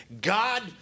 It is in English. God